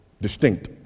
Distinct